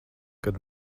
kad